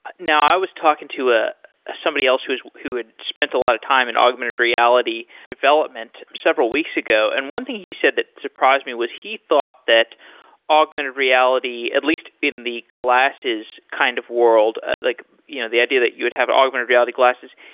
now, i was talking to a somebody else who had who had spent a lot of time in augmented reality development several weeks ago. and one thing he said that surprised me was he thought that augmented reality, at least in the glasses kind of world, like you know the idea that you would have augmented reality glasses,